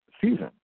season